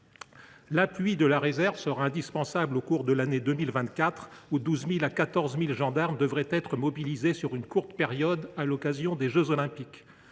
L’appui de la réserve sera indispensable au cours de l’année 2024, lors de laquelle 12 000 à 14 000 gendarmes devraient être mobilisés sur une courte période à l’occasion des jeux Olympiques.